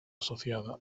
asociada